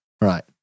Right